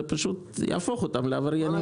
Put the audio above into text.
זה פשוט יהפוך אותם לעבריינים.